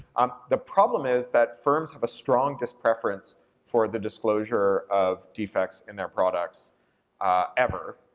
um the problem is that firms have a strong dispreference for the disclosure of defects in their products ever,